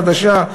חדשה,